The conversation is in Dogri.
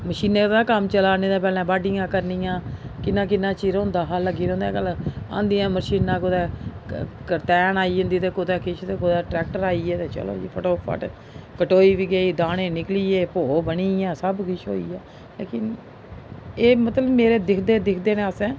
मशीनें दा गै कम्म चलै ना नेईं ते पैह्ले बाडियां करनियां किन्ना किन्ना चिर होंदा हा लग्गी रौंह्दा अज्जकल आंदियां मशीनां कुतै कर करतैन आई जंदी ते कुदै किश ते कुदै ट्रैक्टर आई गेदे ते चलो जी फटाफट कटोई बी गेई दाने निकली गे भौ बनी गेआ सब किश होई गेआ लेकिन एह् मतलब मेरे दिखदे दिखदे गै असें